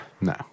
No